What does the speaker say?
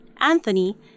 Anthony